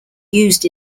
used